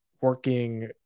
working